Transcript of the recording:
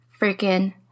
freaking